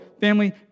family